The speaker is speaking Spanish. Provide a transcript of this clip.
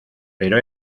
pero